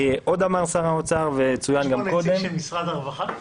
יש פה נציג של משרד הרווחה?